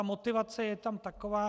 Motivace je tam takováto.